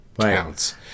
counts